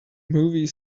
movie